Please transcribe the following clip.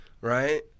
right